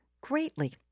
greatly